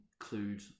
include